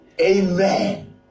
Amen